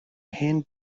hen